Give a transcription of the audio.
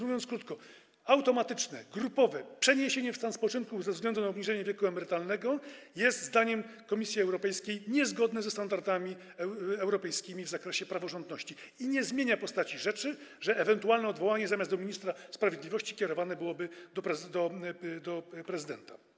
Mówiąc krótko: automatyczne, grupowe przeniesienie ich w stan spoczynku ze względu na obniżenie wieku emerytalnego jest, zdaniem Komisji Europejskiej, niezgodne ze standardami europejskimi w zakresie praworządności i nie zmienia postaci rzeczy, że ewentualne odwołanie zamiast do ministra sprawiedliwości kierowane byłoby do prezydenta.